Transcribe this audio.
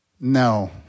no